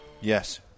Yes